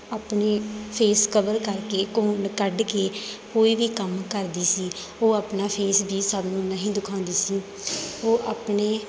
ਆਪਣੇ face cover ਕਰਕੇ ਘੁੰਡ ਕੱਢ ਕੇ ਕੋਈ ਵੀ ਕੰਮ ਕਰਦੀ ਸੀ ਉਹ ਆਪਣਾ ਫੇਸ ਵੀ ਸਭ ਨੂੰ ਨਹੀਂ ਦਿਖਾਉਂਦੀ ਸੀ ਉਹ ਆਪਣੇ